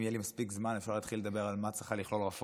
אם יהיה לי מספיק זמן אפשר להתחיל לדבר על מה צריכה לכלול רפורמה,